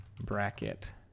bracket